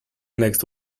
next